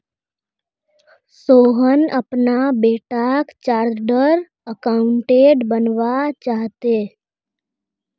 सोहन अपना बेटाक chartered accountant बनवा चाह्चेय